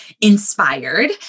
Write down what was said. inspired